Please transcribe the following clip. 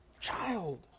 child